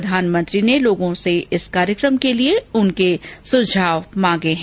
प्रधानमंत्री ने लोगों से इस कार्यक्रम के लिए उनके सुझाव मांगे है